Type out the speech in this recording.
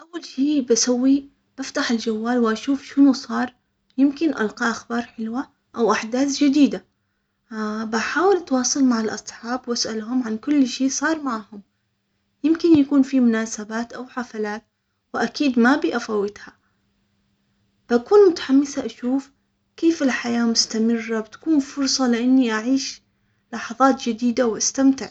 اول شي بشوي بفتح الجوال واشوف شنو صار يمكن القى اخبار حلوة او احداث جديدة بحاول اتواصل مع الاصحاب واسألهم عن كل شي صار معهم يمكن يكون في مناسبات او حفلات واكيد ما أبي افوتها بكون متحمسة اشوف كيف الحياة مستمرة بتكون فرصة لاني اعيش لحظات جديدة واستمتع.